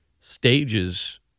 stages